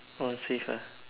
all save ah